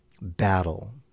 battle